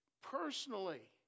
personally